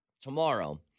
tomorrow